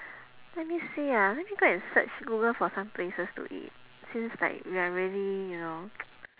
let me see ah let me go and search google for some places to eat since like we are really you know